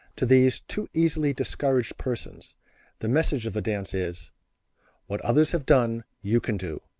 to these too easily discouraged persons the message of the dance is what others have done you can do.